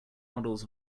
models